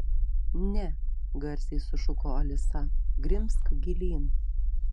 ne garsiai sušuko alisa grimzk gilyn